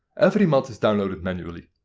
every mod is downloaded manually.